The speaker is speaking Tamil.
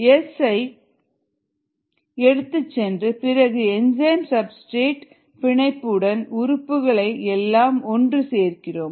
S ஐ அடுப்பினுள் எடுத்துச் சென்று பிறகு என்சைம் சப்ஸ்டிரேட் பிணைப்பு உள்ள உறுப்புகளை எல்லாம் ஒன்று சேர்க்கிறோம்